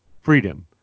freedom